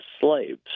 slaves